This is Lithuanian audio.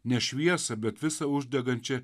ne šviesą bet visą uždegančią